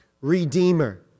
Redeemer